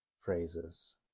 phrases